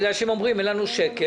בגלל שהם אומרים - אין לנו שקל,